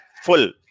full